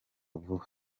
vuba